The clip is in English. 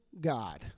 God